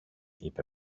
είπε